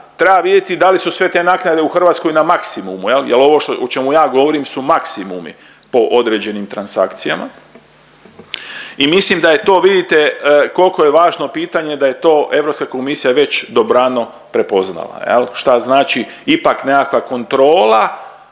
treba vidjeti da li su sve te naknade u Hrvatskoj na maksimumu, jer ovo o čemu ja govorim su maksimumi po određenim transakcijama i mislim da je to vidite koliko je važno pitanje da je to Europska komisija već dobrano prepoznala. Šta znači ipak nekakva kontrola